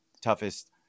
toughest